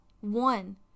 one